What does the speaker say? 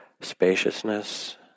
spaciousness